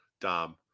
dom